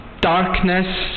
darkness